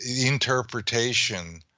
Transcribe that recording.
interpretation